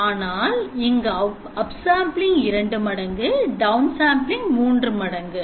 ஆனால் இங்குupsampling 2 மடங்கு downsampling 3 மடங்கு